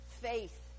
faith